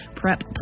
prep